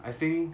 I think